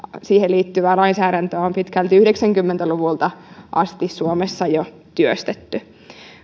siihen liittyvää lainsäädäntöä on pitkälti yhdeksänkymmentä luvulta asti suomessa jo työstetty